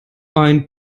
ein